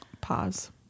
Pause